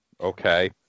Okay